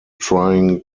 trying